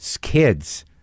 kids